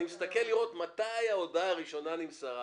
אני מסתכל לראות מתי ההודעה הראשונה נמסרה